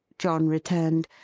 john returned.